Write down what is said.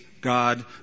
God